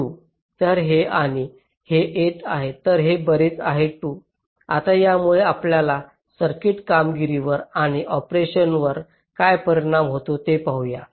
तर हे आणि हे येत आहे तर हे बरेच आहे 2 आता यामुळे आपल्या सर्किट कामगिरीवर आणि ऑपरेशनवर काय परिणाम होतो ते पाहू या